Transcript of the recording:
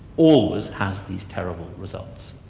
always has these terrible results.